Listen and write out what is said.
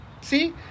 see